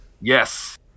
Yes